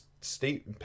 State